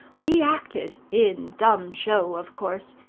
we acted, in dumb-show of course,